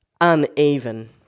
uneven